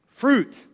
fruit